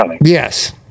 Yes